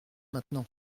maintenant